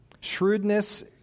Shrewdness